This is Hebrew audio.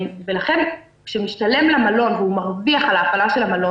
ולכן כשמשתלם למלון והוא מרוויח על ההפעלה של המלון